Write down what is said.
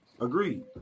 Agreed